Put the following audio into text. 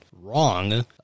wrong